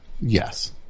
Yes